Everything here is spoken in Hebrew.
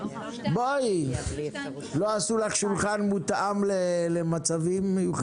האוצר תומך, ההצעה הזו גם עברה בוועדת